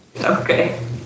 Okay